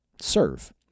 Serve